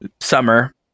summer